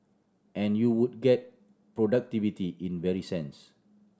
and you would get productivity in very sense